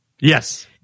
Yes